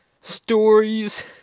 stories